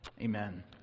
Amen